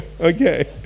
Okay